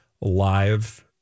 live